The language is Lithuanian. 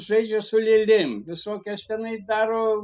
žaidžia su lėlėm visokias tenai daro